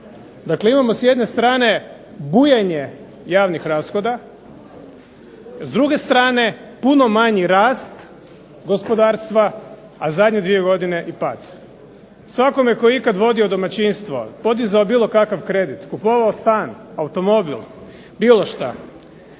Dakle, imamo s jedne strane bujanje javnih rashoda, s druge strane puno manji rast gospodarstva, a zadnje dvije godine i pad. Svakome tko je ikada vodio domaćinstvo, podizao bilo kakav kredit, kupovao stan, automobil, bilo što,